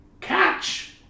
Catch